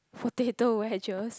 potato wedges